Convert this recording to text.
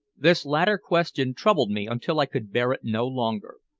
this latter question troubled me until i could bear it no longer.